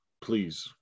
Please